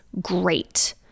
great